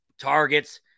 targets